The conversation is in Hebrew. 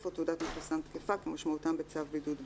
או תעודת מחוסן תקפה כמשמעותם בצו בידוד בית.